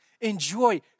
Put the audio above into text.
Enjoy